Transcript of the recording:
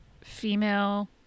female